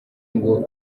ngo